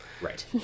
Right